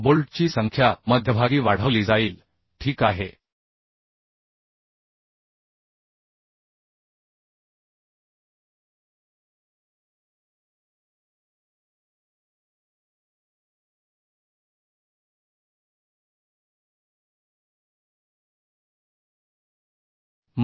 बोल्टची संख्या मध्यभागी वाढवली जाईल ठीक आहे